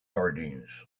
sardines